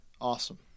Awesome